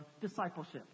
discipleship